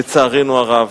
לצערנו הרב.